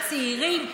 הצעירים,